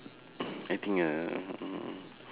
I think uh